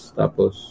tapos